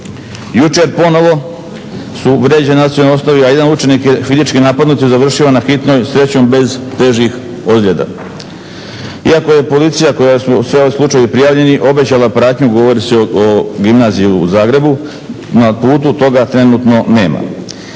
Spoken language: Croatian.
Jučer ponovo su vrijeđani na nacionalnoj osnovi, a jedan učenik je fizički napadnut i završio na hitnoj. Srećom bez težih ozljeda. Iako je policija kojoj su svi ovi slučajevi prijavljeni obećala pratnju govori se o gimnaziji u Zagrebu na putu toga trenutno nema.